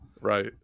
right